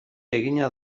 egina